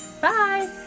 Bye